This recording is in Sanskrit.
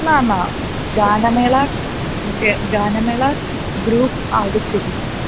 न न गानमेलः ग् गानमेलः ग्रूप् आगच्छति